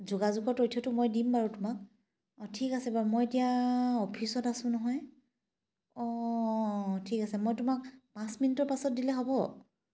যোগাযোগৰ তথ্যটো মই দিম বাৰু তোমাক অঁ ঠিক আছে বাৰু মই এতিয়া অফিচত আছোঁ নহয় অঁ ঠিক আছে মই তোমাক পাঁচ মিনিটৰ পাছত দিলে হ'ব